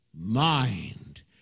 mind